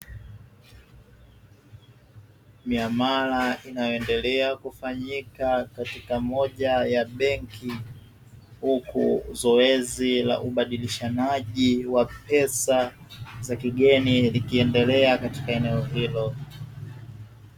Miamala inayoendelea kufanyika katika moja ya benki, huku zoezi la ubadilishanaji wa pesa za kigeni likiendelea katika eneo hilo.